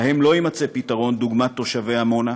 להם לא יימצא פתרון דוגמת תושבי עמונה,